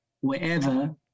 wherever